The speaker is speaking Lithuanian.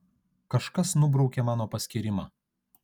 kažkas nubraukė mano paskyrimą